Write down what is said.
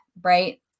Right